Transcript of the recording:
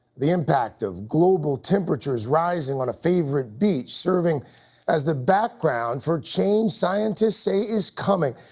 the impact of global temperatures rising on a favorite beach serving as the background for change scientists say is coming.